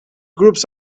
groups